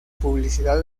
publicidad